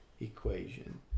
equation